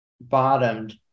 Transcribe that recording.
bottomed